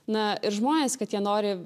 na ir žmonės kad jie nori